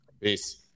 Peace